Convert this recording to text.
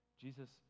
Jesus